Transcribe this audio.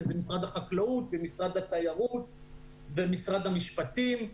שזה משרד החקלאות ומשרד התיירות ומשרד המשפטים,